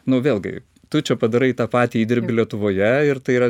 nu vėlgi tu čia padarai tą patį įdirbį lietuvoje ir tai yra